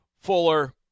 Fuller